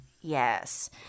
Yes